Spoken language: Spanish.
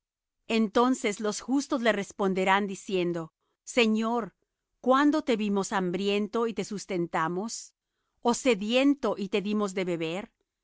entonces los justos le responderán diciendo señor cuándo te vimos hambriento y te sustentamos ó sediento y te dimos de beber